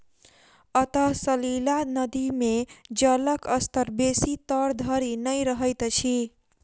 अंतः सलीला नदी मे जलक स्तर बेसी तर धरि नै रहैत अछि